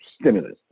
stimulus